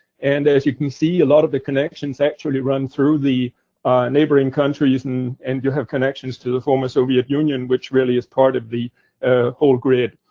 and as you can see, a lot of the connections actually run through the neighboring countries, and and you have connections to the former soviet union, which really is part of the ah whole grid.